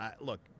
look